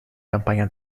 campaña